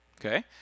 Okay